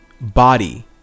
body